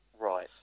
Right